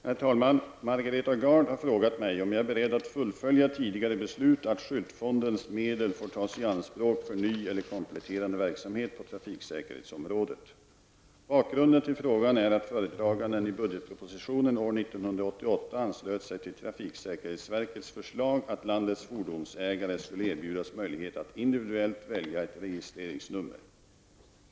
Herr talman! Margareta Gard har frågat mig om jag är beredd att fullfölja tidigare beslut om att skyltfondens medel får tas i anspråk för ny eller kompletterande verksamhet på trafiksäkerhetsområdet. Bakgrunden till frågan är att föredraganden i budgetpropositionen år 1988 anslöt sig till trafiksäkerhetsverkets förslag att landets fordonsägare skulle erbjudas möjlighet att individuellt välja ett registreringsnummer.